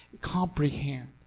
comprehend